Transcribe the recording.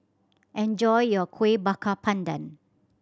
enjoy your Kueh Bakar Pandan